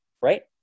right